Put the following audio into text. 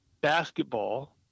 basketball